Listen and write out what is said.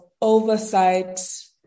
oversight